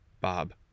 Bob